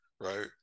right